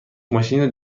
ماشین